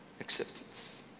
acceptance